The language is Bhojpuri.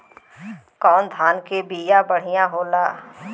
कौन धान के बिया बढ़ियां होला?